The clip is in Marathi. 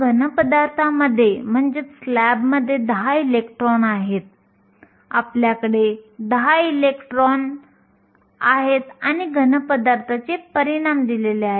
1350 mu h आहे जे छिद्रांच्या हालचालीचे व्हॅलेन्स बँडमधील छिद्रांची हालचाल दर्शवते